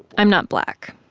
i'm not black.